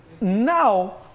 Now